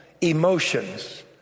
emotions